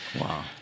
Wow